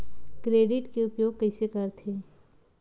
Credit के उपयोग कइसे करथे?